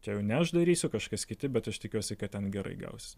čia jau ne aš darysiu kažkas kiti bet aš tikiuosi kad ten gerai gausis